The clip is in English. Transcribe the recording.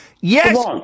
Yes